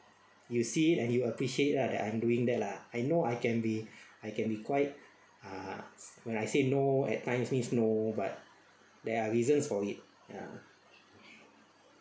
you see and you appreciate lah that I'm doing that lah I know I can be I can be quite ah when I say no at times means no but there are reasons for it ya